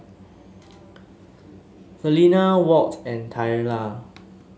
Selena Walt and Twyla